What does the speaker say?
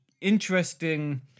interesting